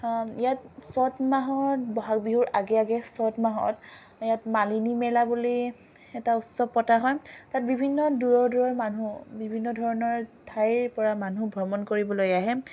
ইয়াত চ'ত মাহত ব'হাগ বিহুৰ আগে আগে চ'ত মাহত ইয়াত মালিনী মেলা বুলি এটা উৎসৱ পতা হয় তাত বিভিন্ন দূৰৰ দূৰৰ মানুহ বিভিন্ন ধৰণৰ ঠাইৰ পৰা মানুহ ভ্ৰমণ কৰিবলৈ আহে